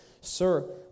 Sir